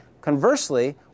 Conversely